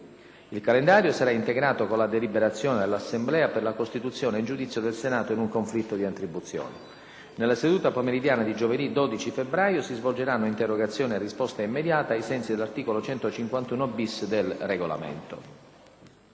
Il calendario sarà integrato con la deliberazione dell'Assemblea per la costituzione in giudizio del Senato in un conflitto di attribuzioni. Nella seduta pomeridiana di giovedì 12 febbraio si svolgeranno interrogazioni a risposta immediata ai sensi dell'articolo 151-*bis* del Regolamento.